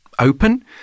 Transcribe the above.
Open